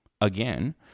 again